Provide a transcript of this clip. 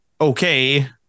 okay